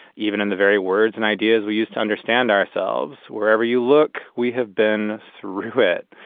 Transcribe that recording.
even in the very words and ideas we use to understand ourselves. wherever you look, we have been through it.